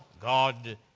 God